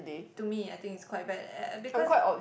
to me I think it's quite bad eh because